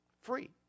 free